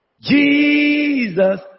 Jesus